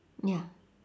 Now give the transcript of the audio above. ya